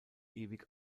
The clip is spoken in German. ewig